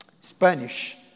Spanish